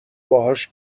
باهاش